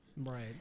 right